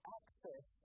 access